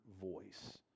voice